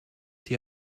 die